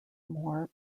more